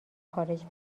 خارج